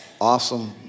awesome